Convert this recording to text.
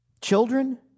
children